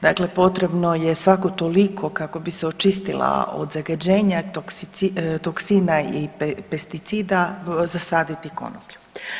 Dakle, potrebno je svako toliko kako bi se očistila od zagađenja toksina i pesticida zasaditi konoplju.